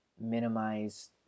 minimize